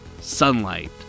Sunlight